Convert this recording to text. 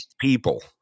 people